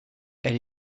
elle